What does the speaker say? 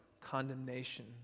condemnation